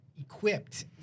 equipped